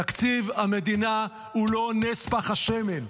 תקציב המדינה הוא לא נס פך השמן.